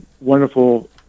wonderful